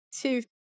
two